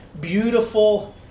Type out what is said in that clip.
beautiful